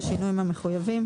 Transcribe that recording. בשינויים המחויבים.